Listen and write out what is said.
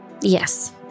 Yes